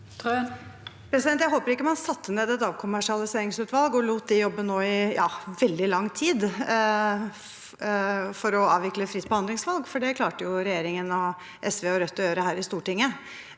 Jeg håper ikke man satte ned et avkommersialiseringsutvalg og lot det jobbe nå i veldig lang tid for å avvikle fritt be handlingsvalg, for det klarte jo regjeringen og SV og Rødt å gjøre her i Stortinget.